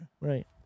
Right